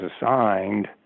assigned